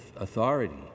authority